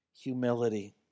humility